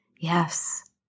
Yes